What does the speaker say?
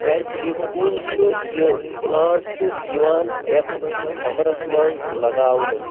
کیٛازِ یہِ کُل چھُ یہِ پٕلانٛٹ چھُ یِوان یَتھ سَمرَس منٛز لَگاونہٕ